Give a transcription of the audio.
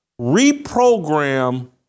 reprogram